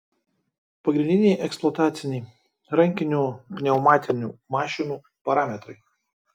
pagrindiniai eksploataciniai rankinių pneumatinių mašinų parametrai